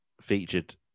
featured